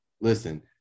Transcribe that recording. listen